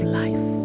life